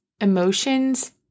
emotions